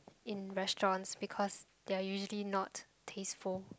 in restaurants because they are usually not tasteful